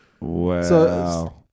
Wow